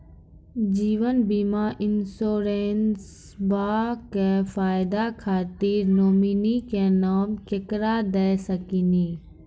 जीवन बीमा इंश्योरेंसबा के फायदा खातिर नोमिनी के नाम केकरा दे सकिनी?